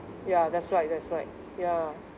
ya that's right that's right ya